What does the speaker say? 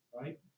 right